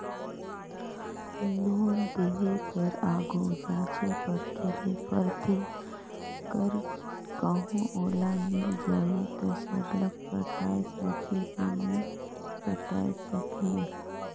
loan देय कर आघु जांचे परखे ले परथे कर कहों ओला मिल जाही ता सरलग पटाए सकही कि नी पटाए सकही